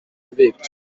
bewegt